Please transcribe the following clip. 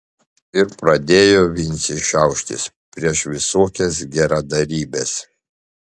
ir pradėjo vincė šiauštis prieš visokias geradarybes